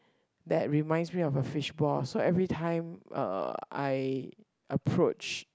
that reminds me of a fish ball so every time uh I approach